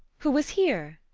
who was here?